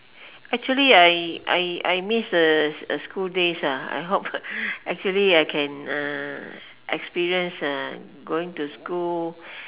actually I I I miss a school days I hope actually I can experience going to school